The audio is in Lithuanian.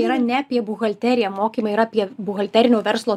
yra ne apie buhalteriją mokymai yra apie buhalterinio verslo